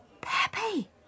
Pepe